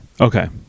Okay